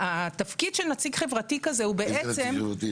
התפקיד של נציג חברתי כזה הוא בעצם, אני אסביר,